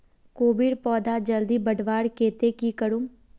कोबीर पौधा जल्दी बढ़वार केते की करूम?